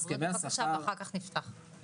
הבריאות בבקשה ואחר כך נפתח את זה לדיון.